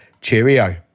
Cheerio